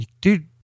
dude